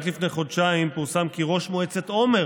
רק לפני חודשיים פורסם כי ראש מועצת עומר